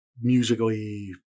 musically